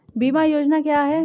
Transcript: बीमा योजना क्या है?